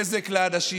נזק לאנשים.